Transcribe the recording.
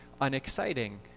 unexciting